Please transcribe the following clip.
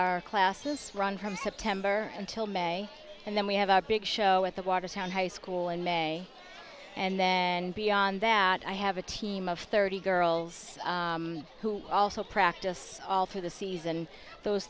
our classes run from september until may and then we have our big show at the watertown high school in may and then beyond that i have a team of thirty girls who also practice all for the season and those